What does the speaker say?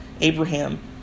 Abraham